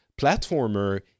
platformer